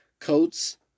coats